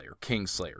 Kingslayer